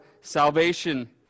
salvation